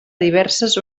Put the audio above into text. diverses